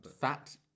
Fat